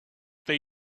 they